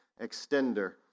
extender